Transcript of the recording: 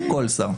כל שר.